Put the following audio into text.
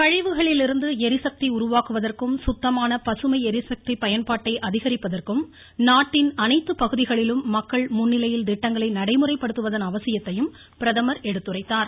கழிவுகளிலிருந்து எரிசக்தி உருவாக்குவதற்கும் சுத்தமான பசுமை எரிசக்தி பயன்பாட்டை அதிகரிப்பதற்கும் நாட்டின் அனைத்துப் பகுதிகளிலும் மக்கள் முன்னிலையில் திட்டங்களை நடைமுறைப்படுத்துவதன் அவசியத்தையும் பிரதமர் எடுத்துரைத்தார்